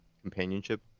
companionship